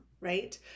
right